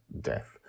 death